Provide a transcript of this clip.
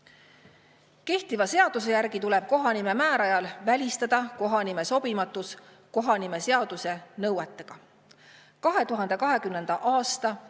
Kehtiva seaduse järgi tuleb kohanime määrajal välistada kohanime sobimatus kohanimeseaduse nõuetega. 2020. aasta